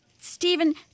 Stephen